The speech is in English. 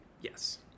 Yes